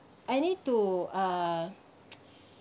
I need to uh